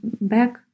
back